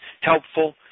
helpful